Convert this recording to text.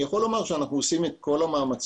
אני יכול לומר שאנחנו עושים את כל המאמצים